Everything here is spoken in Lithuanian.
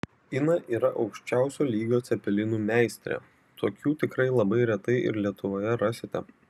ina yra aukščiausio lygio cepelinų meistrė tokių tikrai labai retai ir lietuvoje rasite